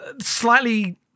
slightly